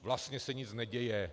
Vlastně se nic neděje.